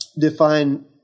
define